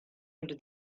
into